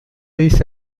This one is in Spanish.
dice